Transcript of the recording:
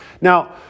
Now